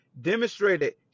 demonstrated